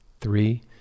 Three